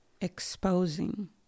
exposing